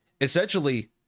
essentially